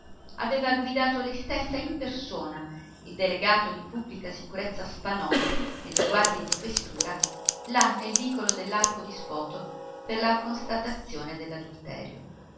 aveva guidato lei stessa in persona il delegato di pubblica sicurezza spanò e due guardie di questura là nel vicolo dell'arco di spoto per la constatazione